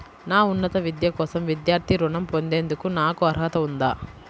నా ఉన్నత విద్య కోసం విద్యార్థి రుణం పొందేందుకు నాకు అర్హత ఉందా?